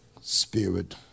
Spirit